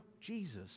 Jesus